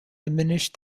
diminish